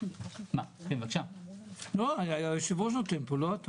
פה על העברות